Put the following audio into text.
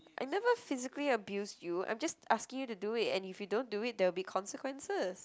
I never physically abuse you I'm just asking you to do it and if you don't do it there'll be consequences